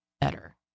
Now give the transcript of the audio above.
better